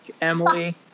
Emily